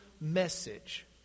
message